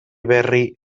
berri